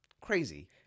crazy